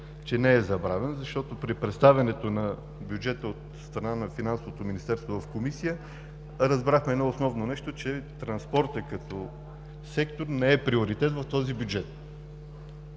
че не е забравен, защото при представянето на бюджета от страна на Финансовото министерство в Комисията разбрахме едно основно нещо, че транспортът като сектор не е приоритет в този бюджет.